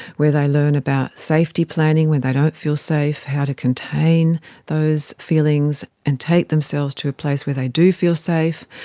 where they learn about safety planning when they don't feel safe, how to contain those feelings and take themselves to a place where they do feel safe.